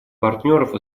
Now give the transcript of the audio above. партнеров